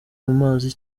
amazi